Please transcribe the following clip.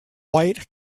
white